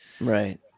right